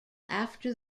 after